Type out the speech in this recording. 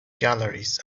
galleries